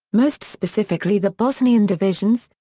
most specifically the bosnian divisions,